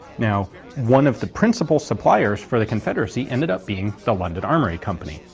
now one of the principal suppliers for the confederacy ended up being the london armoury company.